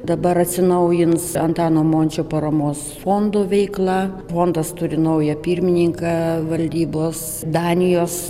dabar atsinaujins antano mončio paramos fondo veikla fondas turi naują pirmininką valdybos danijos